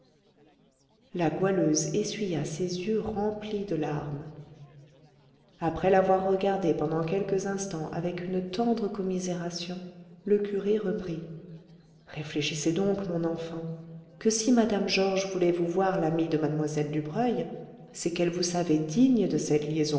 la goualeuse essuya ses yeux remplis de larmes après l'avoir regardée pendant quelques instants avec une tendre commisération le curé reprit réfléchissez donc mon enfant que si mme georges voulait vous voir l'amie de mlle dubreuil c'est qu'elle vous savait digne de cette liaison